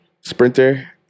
sprinter